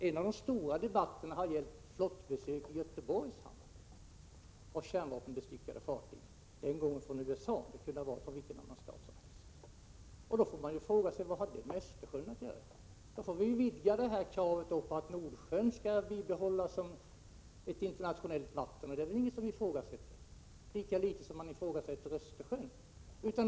En av de stora debatterna har gällt flottbesök av kärnvapenbestyckade fartyg i Göteborg, sade han. Den gången kom de från USA, de kunde ha kommit från vilken annan stat som helst. Då får man fråga sig: Vad har detta med Östersjön att göra? Vi får väl vidga kravet på att Nordsjön skall bibehållas som ett internationellt vatten. Det är det väl ingen som ifrågasätter, lika litet som man ifrågasätter kraven rörande Östersjön.